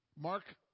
Mark